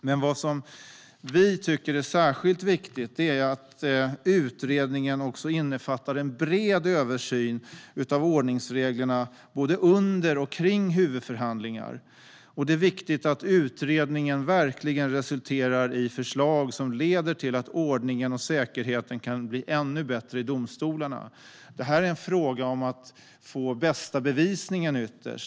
Men vi tycker att det är särskilt viktigt att utredningen också innefattar en bred översyn av ordningsreglerna både under och kring huvudförhandlingar. Det är viktigt att utredningen verkligen resulterar i förslag som leder till att ordningen och säkerheten vid domstolarna kan bli ännu bättre. Det handlar ytterst om att få fram den bästa bevisningen.